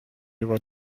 juba